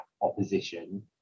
opposition